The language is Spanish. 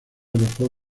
arrojó